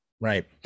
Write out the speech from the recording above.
Right